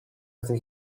after